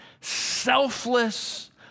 selfless